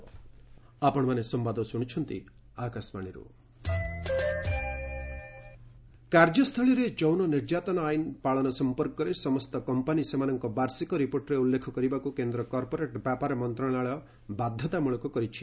corporate work କାର୍ଯ୍ୟ ସ୍ଥଳୀରେ ଯୌନ ନିର୍ଯାତନା ଆଇନ୍ ପାଳନ ସଂପର୍କରେ ସମସ୍ତ କମ୍ପାନୀ ସେମାନଙ୍କ ବାର୍ଷିକ ରିପୋର୍ଟରେ ଉଲ୍ଲେଖ କରିବାକୁ କେନ୍ଦ୍ର କର୍ପୋରେଟ୍ ବ୍ୟାପାର ମନ୍ତ୍ରଣାଳୟ ବାଧ୍ୟତାମୂଳକ କରିଛି